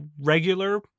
regular